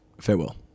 Farewell